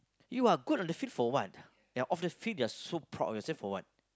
you are good on the field for what ya off they field they are so proud of yourself for what